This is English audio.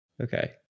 Okay